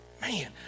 man